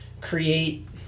create